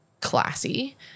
classy